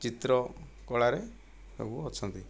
ଚିତ୍ରକଳାରେ ସବୁ ଅଛନ୍ତି